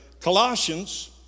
Colossians